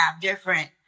different